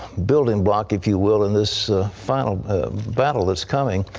building block, if you will, in this final battle that's coming